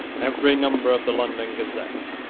every number of the london gazette.